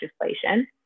legislation